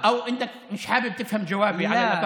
אין קשר בין מה שאני שאלתי אותך עליו לבין מה